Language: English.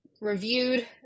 reviewed